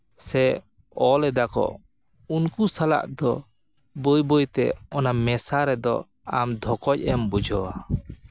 ᱥᱮ ᱚᱞ ᱫᱟᱠᱚ ᱩᱱᱠᱩ ᱥᱟᱞᱟᱜ ᱫᱚ ᱵᱟᱹᱭ ᱵᱟᱹᱭᱛᱮ ᱚᱱᱟ ᱢᱮᱥᱟ ᱨᱮᱫᱚ ᱟᱢ ᱫᱷᱚᱠᱚᱡ ᱮᱢ ᱵᱩᱡᱷᱟᱹᱣᱟ